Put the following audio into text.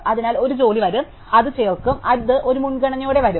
അതിനാൽ ഒരു ജോലി വരും അത് ചേർക്കും അത് ഒരു മുൻഗണനയോടെ വരും